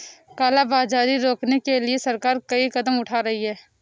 काला बाजारी रोकने के लिए सरकार कई कदम उठा रही है